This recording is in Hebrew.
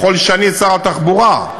ככל שאני שר התחבורה,